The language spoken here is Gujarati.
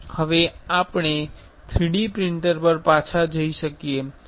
હવે આપણે 3D પ્રિંટર પર પાછા જઈ શકીએ